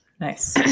Nice